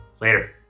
Later